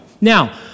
Now